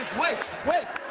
wait, wait